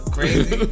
Crazy